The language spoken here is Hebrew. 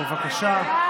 בבקשה.